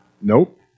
Nope